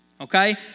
okay